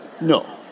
no